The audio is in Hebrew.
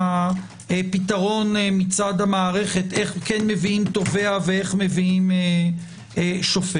הפתרון מצד המערכת איך כן מביאים תובע ואיך מביאים שופט.